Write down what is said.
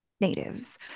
Natives